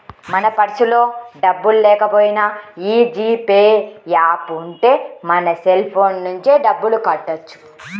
మన పర్సులో డబ్బుల్లేకపోయినా యీ జీ పే యాప్ ఉంటే మన సెల్ ఫోన్ నుంచే డబ్బులు కట్టొచ్చు